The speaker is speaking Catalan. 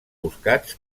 buscats